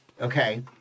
Okay